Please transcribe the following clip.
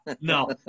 no